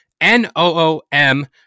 N-O-O-M